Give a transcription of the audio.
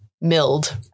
milled